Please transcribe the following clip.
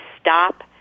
stop